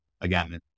Again